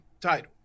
title